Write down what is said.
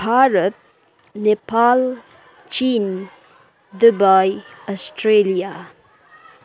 भारत नेपाल चिन Dubai Australia